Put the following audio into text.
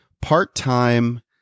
part-time